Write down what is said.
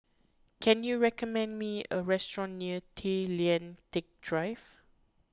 can you recommend me a restaurant near Tay Lian Teck Drive